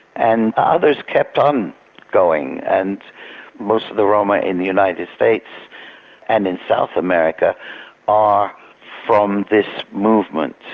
and others kept on going and most of the roma in the united states and in south america are from this movement,